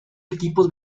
equipos